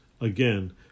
again